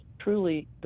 Truly